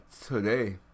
today